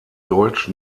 deutsch